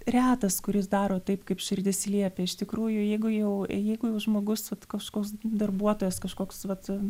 retas kuris daro taip kaip širdis liepia iš tikrųjų jeigu jau jeigu jau žmogus kažkoks darbuotojas kažkoks vat